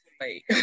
wait